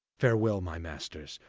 farwell my masters,